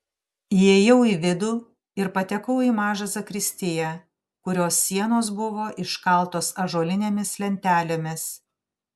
įėjau į vidų ir patekau į mažą zakristiją kurios sienos buvo iškaltos ąžuolinėmis lentelėmis